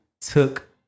took